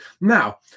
Now